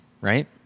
Right